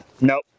Nope